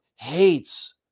Hates